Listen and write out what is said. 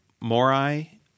Morai